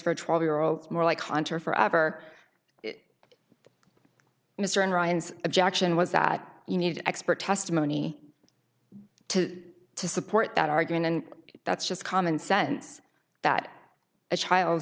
for a twelve year old's more like hunter forever mr ryan's objection was that you need expert testimony to to support that argument and that's just common sense that a child